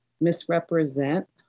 misrepresent